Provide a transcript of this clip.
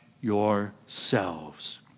yourselves